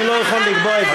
אני לא יכול לקבוע את זה.